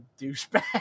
douchebag